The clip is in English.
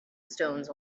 stones